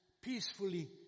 peacefully